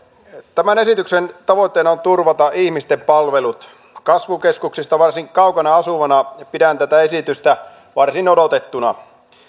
tämän esityksen tavoitteena on turvata ihmisten palvelut kasvukeskuksista varsin kaukana asuvana pidän tätä esitystä varsin odotettuna